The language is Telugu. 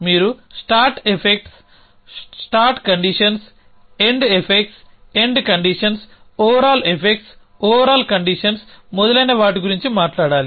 మీరు start effects start conditions end effects end conditions overall effects overall conditions మొదలైన వాటి గురించి మాట్లాడాలి